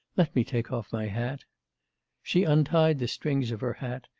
let me take off my hat she untied the strings of her hat,